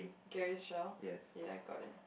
Gary Shell